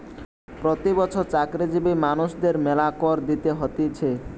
প্রতি বছর চাকরিজীবী মানুষদের মেলা কর দিতে হতিছে